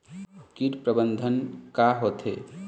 कीट प्रबंधन का होथे?